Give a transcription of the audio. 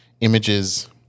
images